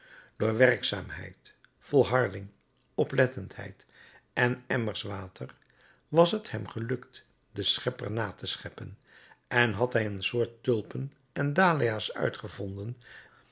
door werkzaamheid volharding oplettendheid en emmers water was het hem gelukt den schepper na te scheppen en had hij een soort tulpen en dahlias uitgevonden